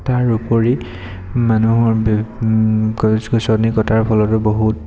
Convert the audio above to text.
তাৰোপৰি মানুহৰ গছ গছনি কটাৰ ফলতো বহুত